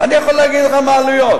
אני יכול להגיד לך מה העלויות.